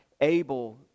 Abel